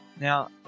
Now